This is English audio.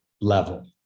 level